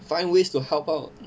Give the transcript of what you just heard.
find ways to help out